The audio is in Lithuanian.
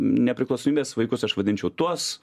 nepriklausomybės vaikus aš vadinčiau tuos